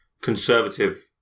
conservative